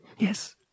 Yes